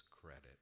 credit